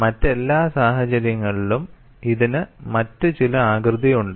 മറ്റെല്ലാ സാഹചര്യങ്ങളിലും ഇതിന് മറ്റു ചില ആകൃതിയുണ്ട്